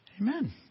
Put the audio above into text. amen